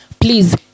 please